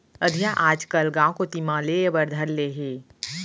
अधिया आजकल गॉंव कोती म लेय बर धर ले हें